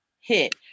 hit